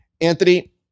Anthony